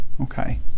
okay